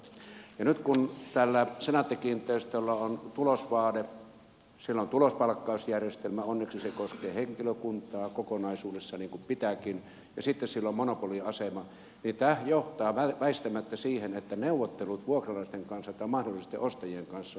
nyt kun tällä senaatti kiinteistöillä on tulosvaade siellä on tulospalkkausjärjestelmä onneksi se koskee henkilökuntaa kokonaisuudessaan niin kuin pitääkin ja sitten sillä on monopoliasema niin tämähän johtaa väistämättä siihen että neuvottelut vuokralaisten kanssa tai mahdollisesti ostajien kanssa ovat erittäin vaikeita